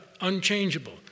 unchangeable